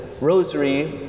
rosary